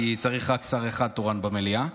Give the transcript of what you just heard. כי צריך רק שר אחד תורן במליאה.